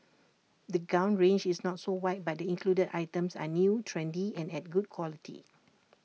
the gown range is not so wide but the included items are new trendy and at good quality